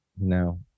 No